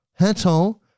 Hetal